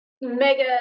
mega